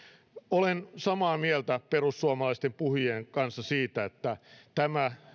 olen samaa mieltä perussuomalaisten puhujien kanssa siitä että tämä